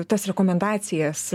tas rekomendacijas